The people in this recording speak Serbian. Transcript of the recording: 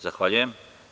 Zahvaljujem.